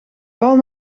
paul